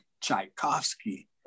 Tchaikovsky